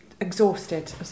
exhausted